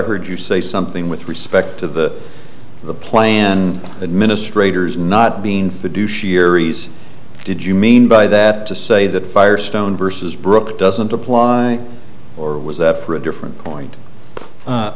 heard you say something with respect to the plan administrator is not being fiduciary s did you mean by that to say that firestone versus brook doesn't apply or was that for a different point